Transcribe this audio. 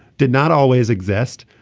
did not always exist.